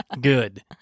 Good